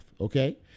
okay